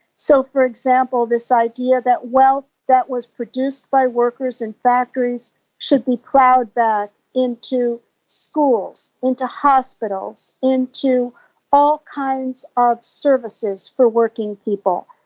so, for example, this idea that wealth that was produced by workers and factories should be ploughed back into schools, into hospitals, into all kinds of services for working people.